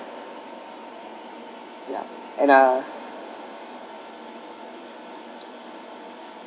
ya and uh